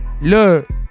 Look